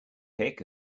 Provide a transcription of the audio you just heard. pick